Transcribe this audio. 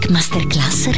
Masterclass